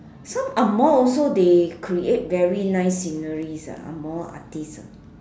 some angmoh also they create very nice sceneries ah angmoh artist ah